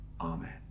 Amen